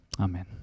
Amen